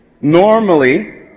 normally